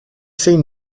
sem